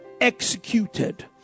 Executed